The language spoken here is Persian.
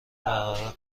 برقرار